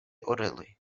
oreloj